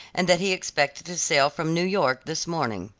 and that he expected to sail from new york this morning.